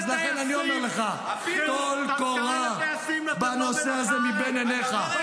ולכן אני אומר לך: טול קורה בנושא הזה מבין עיניך.